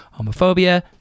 homophobia